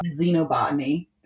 Xenobotany